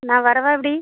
நான் வரவா எப்படி